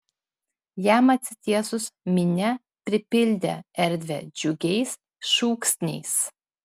jam atsitiesus minia pripildė erdvę džiugiais šūksniais